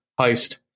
heist